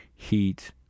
heat